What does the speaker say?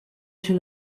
się